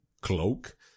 cloak